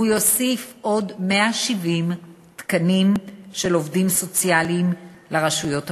והוא יוסיף עוד 170 תקנים של עובדים סוציאליים לרשויות המקומיות.